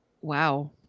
Wow